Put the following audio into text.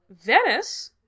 Venice